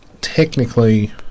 technically